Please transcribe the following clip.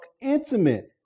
intimate